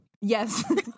Yes